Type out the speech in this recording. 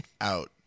out